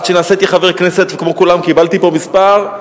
עד שנעשיתי חבר כנסת וכמו כולם קיבלתי מספר,